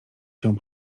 się